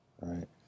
Right